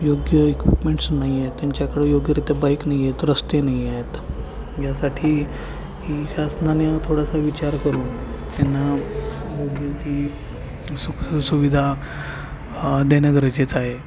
योग्य इक्विपमेंट्स नाही आहेत त्यांच्याकडे योग्यरीत्या बाईक नाही आहेत रस्ते नाही आहेत यासाठी ही शासनाने थोडासा विचार करून त्यांना योग्य ती सु सुविधा देणं गरजेचं आहे